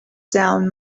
down